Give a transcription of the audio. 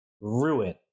Ruin